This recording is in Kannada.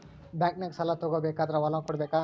ಬ್ಯಾಂಕ್ನಾಗ ಸಾಲ ತಗೋ ಬೇಕಾದ್ರ್ ಹೊಲ ಕೊಡಬೇಕಾ?